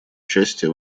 участие